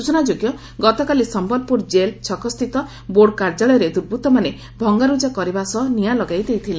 ସୂଚନାଯୋଗ୍ୟ ଗତକାଲି ସମ୍ଭଲପୁର ଜେଲ୍ ଛକସ୍ଥିତ ବୋର୍ଡ଼ କାର୍ଯ୍ୟାଳୟରେ ଦୁର୍ବୃଉମାନେ ଭଙ୍ଗାରୁଜା କରିବା ସହ ନିଆଁ ଲଗାଇ ଦେଇଥିଲେ